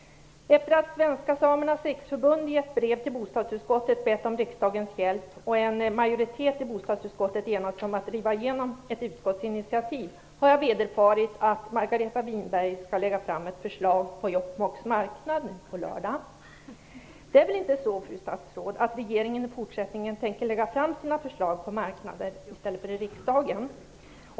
Efter att Svenska samernas riksförbund i ett brev till bostadsutskottet bett om riksdagens hjälp och en majoritet i bostadsutskottet enats om att driva igenom ett utskottsinitiativ har jag vederfarit att Margareta Winberg skall lägga fram ett förslag på Jokkmokks marknad på lördag. Det är väl inte så, fru statsråd, att regeringen i fortsättningen tänker lägga fram sina förslag på marknader i stället för i riksdagen?